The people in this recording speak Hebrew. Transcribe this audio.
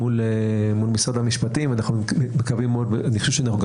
מול משרד המשפטים ואני חושב שאנחנו גם